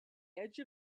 edge